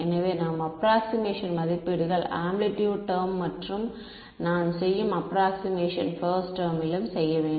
எனவே நாம் அப்ராக்ஸிமேஷன் மதிப்பீடுகள் ஆம்ப்ளிட்யூட் டெர்ம் மற்றும் நாம் செய்யும் அப்ராக்ஸிமேஷன் பேஸ் டெர்மிலும் செய்யவேண்டும்